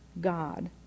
God